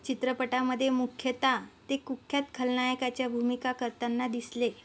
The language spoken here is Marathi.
चित्रपटामध्ये मुख्यतः ते कुख्यात खलनायकाच्या भूमिका करताना दिसले